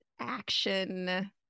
action